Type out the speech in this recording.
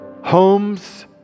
homes